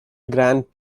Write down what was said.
grand